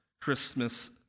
Christmas